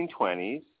1920s